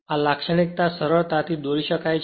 તેથી આ લાક્ષણિકતા ખરેખર સરળતાથી દોરી શકાય છે